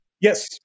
Yes